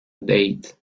date